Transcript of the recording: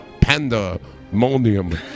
Pandemonium